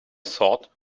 sword